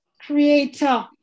Creator